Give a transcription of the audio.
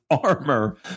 armor